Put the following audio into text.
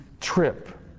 trip